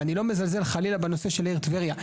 ואני לא מזלזל חלילה בנושא של העיר טבריה.